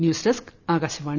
news desk Akashvani